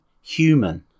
human